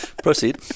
Proceed